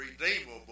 redeemable